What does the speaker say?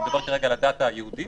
אני מדבר כרגע על הדת היהודית,